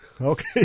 Okay